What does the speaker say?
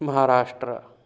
Maharashtra